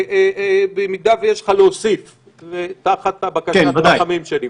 במידה שיש לך להוסיף תחת בקשת הרחמים שלי,